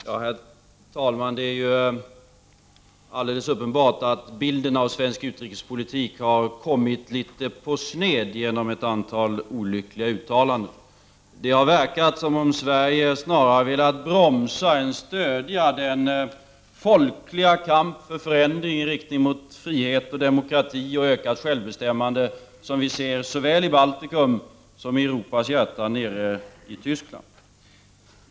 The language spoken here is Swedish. Herr talman! Det är helt uppenbart att bilden av svensk utrikespolitik har kommit litet på sned genom ett antal olyckliga uttalanden. Det har verkat som om Sverige snarare vill bromsa än stödja den folkliga kampen för förändring i riktning mot frihet, demokrati och ökat självbestämmande som äger rum såväl i Baltikum som i Europas hjärta i Tyskland.